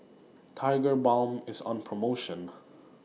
Tigerbalm IS on promotion